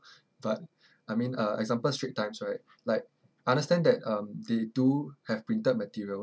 but I mean uh example strait times right I understand that they do have printed material